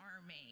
army